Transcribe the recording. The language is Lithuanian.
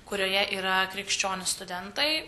kurioje yra krikščionių studentai